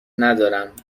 ندارم